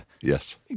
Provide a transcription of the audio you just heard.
Yes